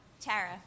Tara